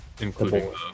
Including